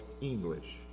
English